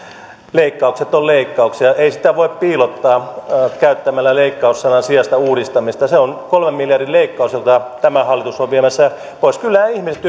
leikkaukset ovat leikkauksia ei sitä voi piilottaa käyttämällä leikkaus sanan sijasta uudistamista se on kolmen miljardin leikkaus jolla tämä hallitus on viemässä pois kyllähän ihmiset